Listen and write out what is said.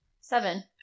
seven